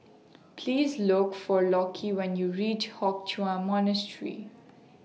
Please Look For Lockie when YOU REACH Hock Chuan Monastery